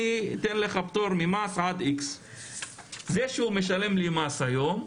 אני אתן לך פטור ממס עד X. זה שהוא משלם לי מס היום,